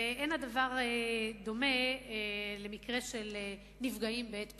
אין הדבר דומה למקרה של נפגעים בעת פיגוע,